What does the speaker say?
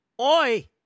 Oi